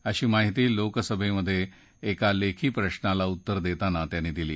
अशी माहिती लोकसभेत एका लेखी प्रशाला उत्तर देताना त्यांनी दिली